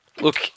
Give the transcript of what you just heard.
look